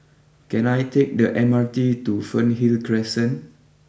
can I take the M R T to Fernhill Crescent